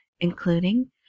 Including